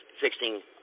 fixing